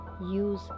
use